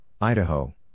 Idaho